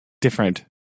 different